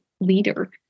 leader